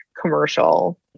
commercial